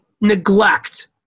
neglect